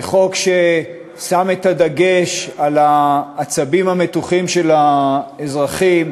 זה חוק ששם את הדגש על העצבים המתוחים של האזרחים,